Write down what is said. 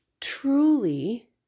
truly